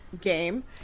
game